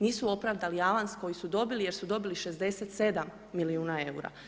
Nisu opravdali avans koji su dobili jer su dobili 67 milijuna eura.